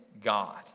God